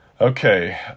Okay